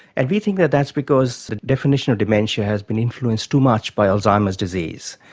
and we think that that's because the definition of dementia has been influenced too much by alzheimer's disease.